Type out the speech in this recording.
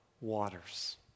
waters